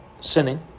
sinning